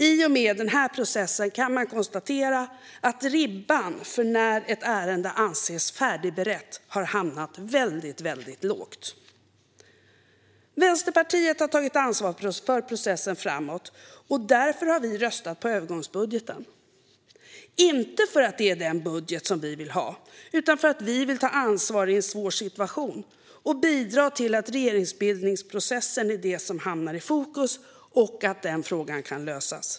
I och med denna process kan man konstatera att ribban för när ett ärende anses färdigberett har hamnat väldigt, väldigt lågt. Vänsterpartiet har tagit ansvar för att föra processen framåt. Därför har vi röstat på övergångsbudgeten - inte för att det är den budget som vi vill ha utan för att vi vill ta ansvar i en svår situation och bidra till att frågan om regeringsbildningsprocessen hamnar i fokus och kan lösas.